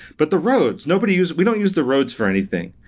but the roads, nobody use we don't use the roads for anything,